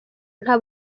nta